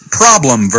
problem